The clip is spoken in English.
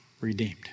redeemed